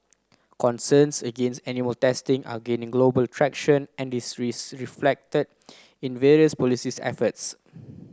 concerns against animal testing are gaining global traction and this is reflected in various policies efforts